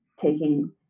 taking